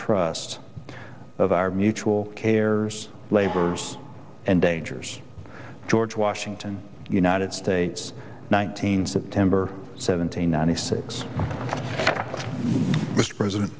trust of our mutual cares labors and dangers george washington united states nineteen september seventeenth ninety six mr president